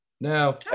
Now